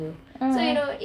mm